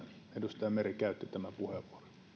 edustaja meri käytti tämän puheenvuoron